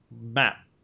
map